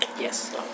Yes